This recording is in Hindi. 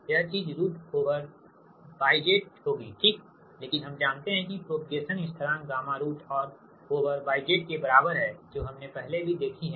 यह चीज रुट ओवर YZ होगीठीक लेकिन हम जानते हैं कि प्रोपगेसन स्थिरांक गामा रुट ओवर YZ के बराबर है जो हमने पहले भी देखी है